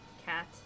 Cat